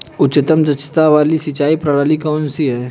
उच्चतम दक्षता वाली सिंचाई प्रणाली कौन सी है?